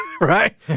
Right